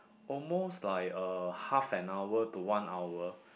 almost like uh half an hour to one hour